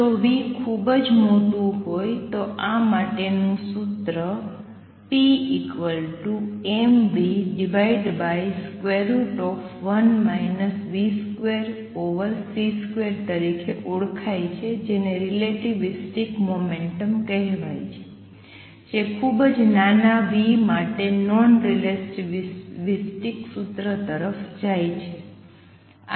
જો v ખૂબ મોટું હોય તો આ માટેનું સાચું સૂત્ર pmv1 v2c2 તરીકે ઓળખાય છે જેને રિલેટિવિસ્ટિક મોમેંટમ કહેવાય છે જે ખૂબ જ નાના v માટે નોન રિલેટિવિસ્ટિક સૂત્ર તરફ જાય છે